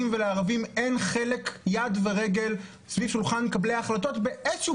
ולערבים אין יד ורגל סביב שולחן מקבלי ההחלטות באיזשהו